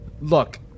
Look